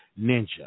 ninja